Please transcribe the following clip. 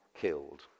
killed